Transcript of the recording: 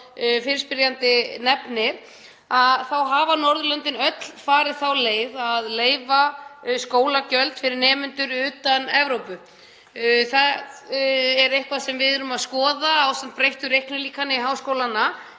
fyrirspyrjandi nefnir, þá hafa Norðurlöndin öll farið þá leið að leyfa skólagjöld fyrir nemendur utan Evrópu. Það er eitthvað sem við erum að skoða ásamt breyttu reiknilíkani háskólanna,